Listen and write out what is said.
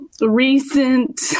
recent